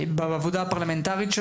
בעבודתנו הפרלמנטרית,